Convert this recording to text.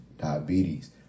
diabetes